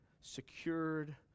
secured